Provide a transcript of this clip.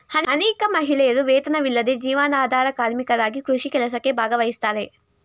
ಅನೇಕ ಮಹಿಳೆಯರು ವೇತನವಿಲ್ಲದ ಜೀವನಾಧಾರ ಕಾರ್ಮಿಕರಾಗಿ ಕೃಷಿ ಕೆಲಸದಲ್ಲಿ ಭಾಗವಹಿಸ್ತಾರೆ